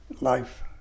life